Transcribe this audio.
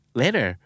later